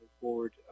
forward